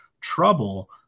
trouble